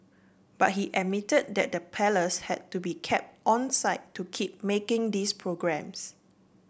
but he admitted that the Palace had to be kept onside to keep making these programmes